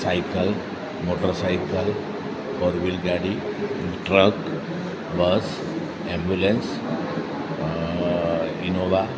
cycle motor cycle four wheel ગાડી truck bus ambulance Innova